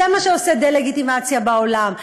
זה מה שעושה דה-לגיטימציה בעולם.